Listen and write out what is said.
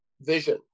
vision